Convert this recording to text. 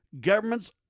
governments